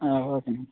okay అండి